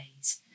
days